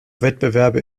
wettbewerbe